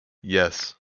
yes